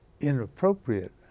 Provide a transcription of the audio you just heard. inappropriate